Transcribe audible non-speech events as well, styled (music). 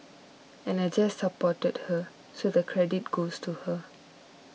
and (noise) I just supported her so the credit goes to her